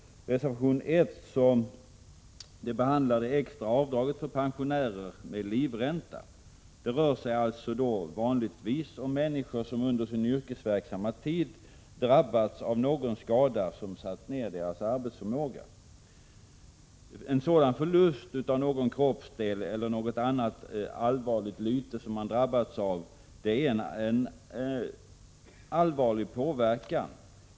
Reservation 1 behandlar det extra avdraget för pensionärer med livränta. Det rör sig således vanligtvis om människor som under sin yrkesverksamma tid drabbats av någon skada som satt ned deras arbetsförmåga. Förlusten av en kroppsdel eller något annat lyte som man drabbats av medför en allvarlig påverkan.